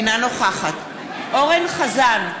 אינה נוכחת אורן אסף חזן,